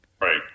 Right